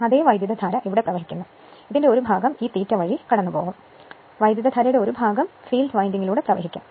അതേ വൈദ്യുതധാര ഇവിടെ പ്രവഹിക്കുന്നു വൈദ്യുതധാരയുടെ ഒരു ഭാഗം ഈ ∅ വഴി ഒഴുകും കൂടാതെ വൈദ്യുതധാരയുടെ ഒരു ഭാഗം ഫീൽഡ് വിൻഡിംഗിലൂടെ പ്രവഹിക്കും